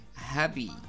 happy